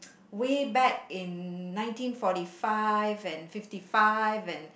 way back in nineteen forty five and fifty five and